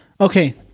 Okay